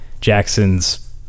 Jackson's